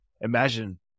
Imagine